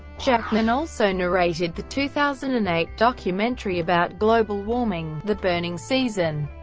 jackman also narrated the two thousand and eight documentary about global warming, the burning season.